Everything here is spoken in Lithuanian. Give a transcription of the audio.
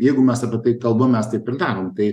jeigu mes apie tai kalbam mes taip ir darom tai